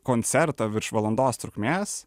koncertą virš valandos trukmės